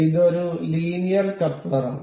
ഇത് ഒരു ലീനിയർ കപ്ലറാണ്